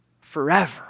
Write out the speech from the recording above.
forever